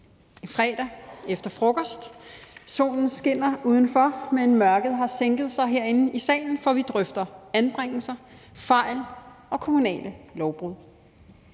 er fredag efter frokost, solen skinner udenfor, men mørket har sænket sig herinde i salen, for vi drøfter anbringelser, fejl og kommunale lovbrud.